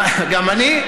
גם אני?